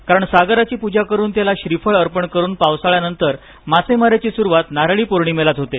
कारण सागराची पूजा करून त्याला श्रीफळ अर्पण करून पावसाळ्यानंतर मासेमारीची सुरुवात नारळीपोर्णिमेला होते